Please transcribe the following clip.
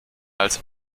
als